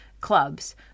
clubs